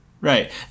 Right